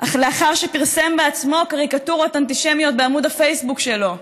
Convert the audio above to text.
לאחר שפרסם בעצמו קריקטורות אנטישמיות בעמוד הפייסבוק שלו.